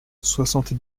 soixante